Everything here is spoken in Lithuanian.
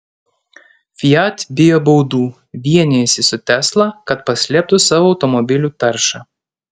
fiat bijo baudų vienijasi su tesla kad paslėptų savo automobilių taršą